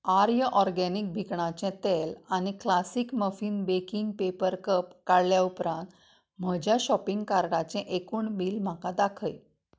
आर्य organic भिकणाचें तेल आनी classic muffin baking paper cup काडल्या उपरांत म्हज्या शॉपिंग कार्टाचें एकूण बिल म्हाका दाखय